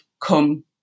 come